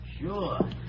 Sure